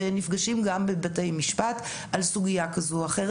ונפגשים בבתי המשפט על סוגייה כזו או אחרת.